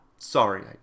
Sorry